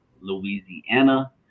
Louisiana